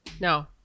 No